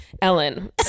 Ellen